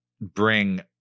bring